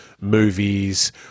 movies